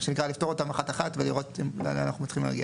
לפתור אותן אחת אחת ולראות לאן אנחנו מצליחים להגיע.